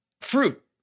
fruit